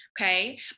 okay